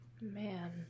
Man